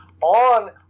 on